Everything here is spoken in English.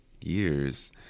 years